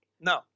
No